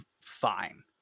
fine